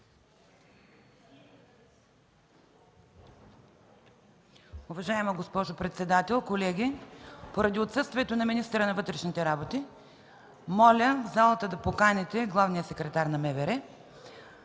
Уважаема госпожо председател, колеги! Поради отсъствието на министъра на вътрешните работи моля в залата да поканите главния секретар на МВР,